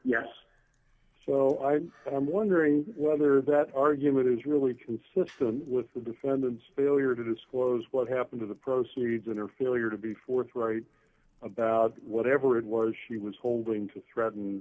yes so i am wondering whether that argument is really consistent with the defendant's failure to disclose what happened to the proceeds and or failure to be forthright about whatever it was she was holding to threaten